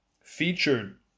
featured